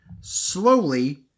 slowly